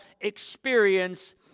experience